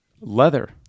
leather